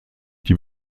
die